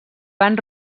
van